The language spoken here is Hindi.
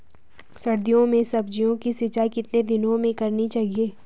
सर्दियों में सब्जियों की सिंचाई कितने दिनों में करनी चाहिए?